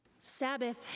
Sabbath